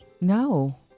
No